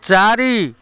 ଚାରି